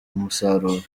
umusaruro